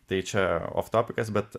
tai čia oftopikas bet